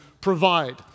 provide